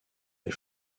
les